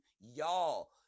y'all